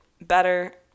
better